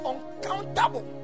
Uncountable